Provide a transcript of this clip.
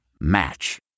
Match